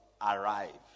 arrived